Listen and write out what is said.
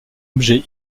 objet